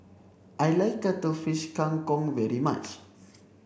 I like cuttlefish Kang Kong very much